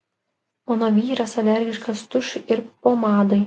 mano vyras alergiškas tušui ir pomadai